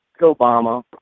Obama